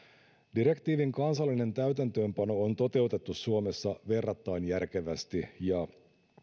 direktiivin kansallinen täytäntöönpano on toteutettu suomessa verrattain järkevästi ja